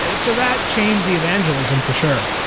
ah so that changed the evangelism, for sure,